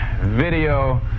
Video